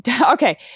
Okay